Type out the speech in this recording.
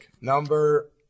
Number